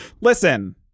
Listen